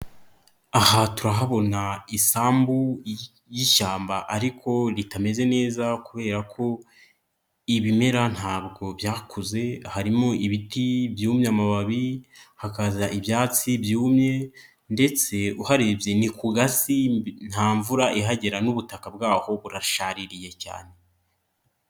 Aha turahabona isambu y'ishyamba ariko ritameze neza kubera ko ibimera ntabwo byakuze, harimo ibiti byumye amababi, hakaza ibyatsi byumye ndetse uharebye ni ku gasi nta mvura ihagera n'ubutaka bwaho burashaririye cyane.